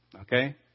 Okay